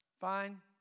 fine